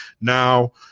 now